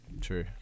true